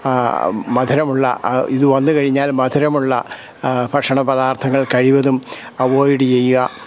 മധുരമുള്ള ഇതു വന്നു കഴിഞ്ഞാൽ മധുരമുള്ള ഭക്ഷണപദാർത്ഥങ്ങൾ കഴിവതും അവോയ്ഡ് ചെയ്യുക